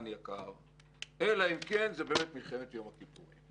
יקר אלא אם כן זה באמת מלחמת יום הכיפורים.